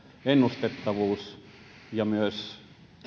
ennustettavuus ja myös